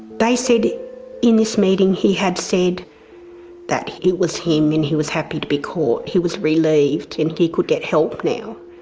they said in this meeting he had said that it was him and he was happy to be caught. he was relieved and he could get help now.